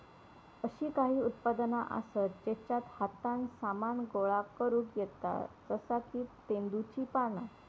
अशी काही उत्पादना आसत जेच्यात हातान सामान गोळा करुक येता जसा की तेंदुची पाना